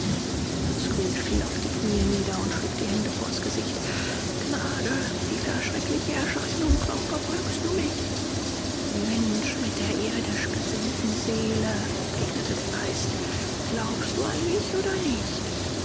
scrooge fiel auf die kniee nieder und schlug die hände vors gesicht gnade rief er schreckliche erscheinung warum verfolgst du mich mensch mit der irdisch gesinnten seele entgegnete der geist glaubst du an mich oder nicht